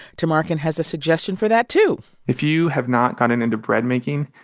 tamarkin has a suggestion for that, too if you have not gotten into breadmaking,